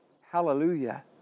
Hallelujah